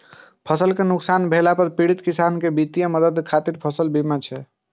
फसल कें नुकसान भेला पर पीड़ित किसान कें वित्तीय मदद खातिर फसल बीमा छै